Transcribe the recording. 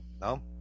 no